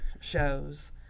shows